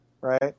right